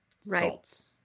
salts